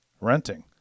renting